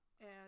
and-